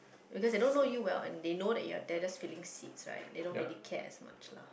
because they don't know you well and they know that you are they are just filling seats right they don't really care as much lah